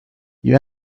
you